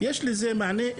יש לזה מענה,